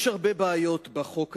יש הרבה בעיות בחוק הזה.